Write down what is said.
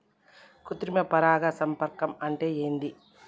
కృత్రిమ పరాగ సంపర్కం అంటే ఏంది?